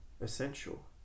essential